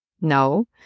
No